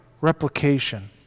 replication